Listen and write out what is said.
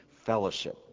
fellowship